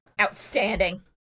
Outstanding